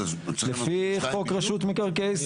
לפי חוק רשות מקרקעי ישראל.